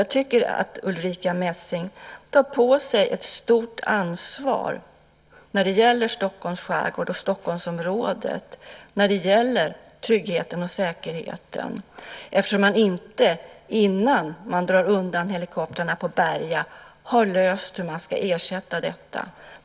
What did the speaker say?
Jag tycker att Ulrica Messing tar på sig ett stort ansvar för Stockholms skärgård och Stockholmsområdet när det gäller tryggheten och säkerheten eftersom frågan om hur helikoptrarna ska ersättas inte är löst innan de dras undan från Berga.